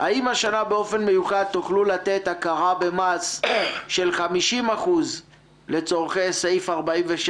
האם השנה באופן מיוחד תוכלו לתת הכרה במס של 50% לצורכי סעיף 46?